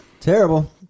Terrible